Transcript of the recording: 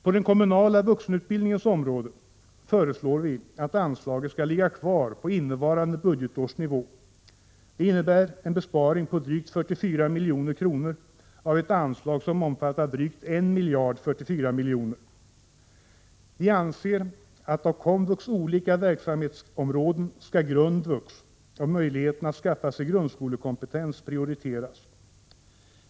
På den kommunala vuxenutbildningens område föreslår vi att anslaget skall ligga kvar på innevarande budgetårs nivå. Det innebär en besparing på drygt 44 milj.kr. av ett anslag som omfattar drygt 1 044 milj.kr. Vi anser att av komvux olika verksamhetsområden skall grundvux och möjligheten att skaffa sig grundskolekompetens prioriteras.